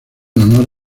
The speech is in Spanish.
honor